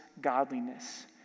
godliness